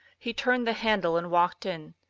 he turned the handle and walked in.